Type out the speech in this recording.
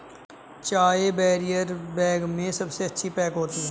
चाय barrier bag में सबसे अच्छी पैक होती है